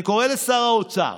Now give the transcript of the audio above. אני קורא לשר האוצר,